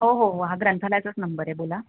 हो हो हा ग्रंथालयाचाच नंबर आहे बोला